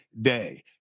day